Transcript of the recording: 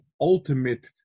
ultimate